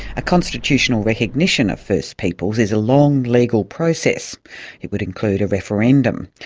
a constitutional recognition of first peoples is a long legal process it would include a referendum.